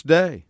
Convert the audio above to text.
day